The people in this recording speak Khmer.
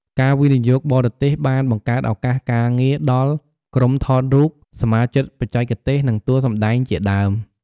ការវិនិយោគបរទេសបានបង្កើតឱកាសការងារដល់ ក្រុមថតរូប សមាជិកបច្ចេកទេស និងតួសម្តែងជាដើម។